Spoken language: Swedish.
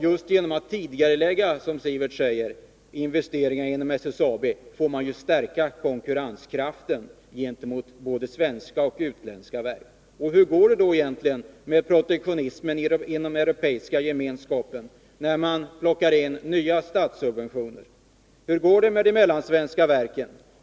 Just genom att, som Sivert Andersson säger, tidigarelägga investeringar inom SSAB stärks ju konkurrenskraften gentemot både svenska och utländska verk. Hur går det med protektionismen inom den europeiska gemenskapen, när man går in med nya statssubventioner? Hur går det med de mellansvenska verken?